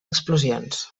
explosions